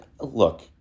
look